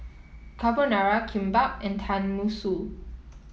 Carbonara Kimbap and Tenmusu